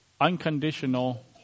unconditional